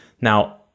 Now